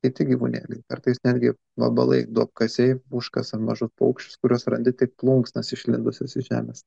kiti gyvūnėliai kartais netgi vabalai duobkasiai užkasa mažus paukščius kuriuos randi tik plunksnas išlindusias iš žemės